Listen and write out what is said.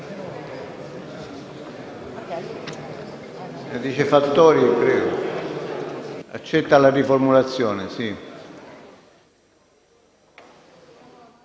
Grazie,